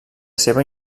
seva